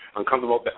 uncomfortable